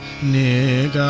need